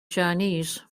chinese